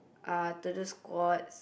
uh to do squats